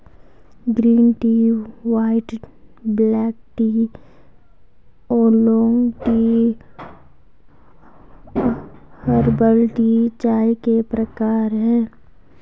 green tea white black tea oolong tea herbal tea चाय के प्रकार है